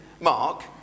Mark